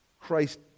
Christ